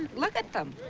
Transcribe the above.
look at them.